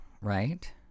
right